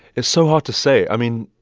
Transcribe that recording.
it's so hard to say. i mean,